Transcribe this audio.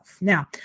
Now